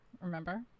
remember